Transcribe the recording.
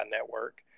network